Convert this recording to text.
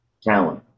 talent